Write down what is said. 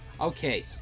okay